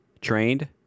trained